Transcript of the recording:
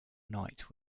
knight